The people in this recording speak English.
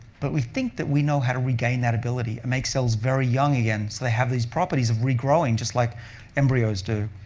but we think that we know how to regain that ability and make cells very young again so they have these properties of regrowing, just like embryos do.